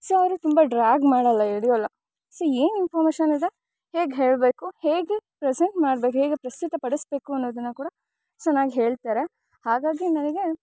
so ಅವರು ತುಂಬ drag ಮಾಡೋಲ್ಲ ಎಳೆಯೊಲ್ಲ ಸೊ ಏನು ಇನ್ಫಾರ್ಮೇಷನ್ ಇದೆ ಹೇಗೆ ಹೇಳಬೇಕು ಹೇಗೆ ಪ್ರೆಸೆಂಟ್ ಮಾಡಬೇಕು ಹೇಗೆ ಪ್ರಸ್ತುತ ಪಡಿಸಬೇಕು ಅನ್ನೋದನ್ನ ಕೂಡ ಚೆನ್ನಾಗ್ ಹೇಳ್ತಾರೆ ಹಾಗಾಗಿ ನನಗೆ